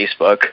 Facebook